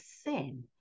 sin